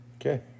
okay